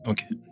Okay